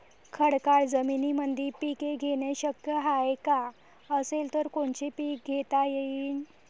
खडकाळ जमीनीमंदी पिके घेणे शक्य हाये का? असेल तर कोनचे पीक घेता येईन?